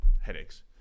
headaches